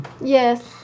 Yes